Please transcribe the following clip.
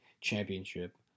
championship